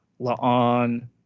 La'an